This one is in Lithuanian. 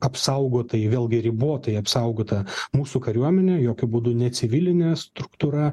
apsaugota ji vėlgi ribotai apsaugota mūsų kariuomenė jokiu būdu ne civilinė struktūra